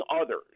others